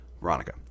Veronica